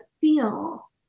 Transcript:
feel